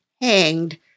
hanged